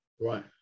Right